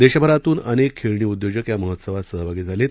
देशभरातून अनेक खेळणी उद्योजक या महोत्सवात सहभागी झाले आहेत